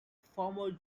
former